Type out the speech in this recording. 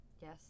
yes